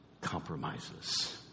compromises